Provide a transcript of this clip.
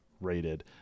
rated